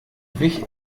wich